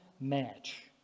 match